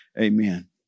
amen